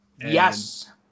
Yes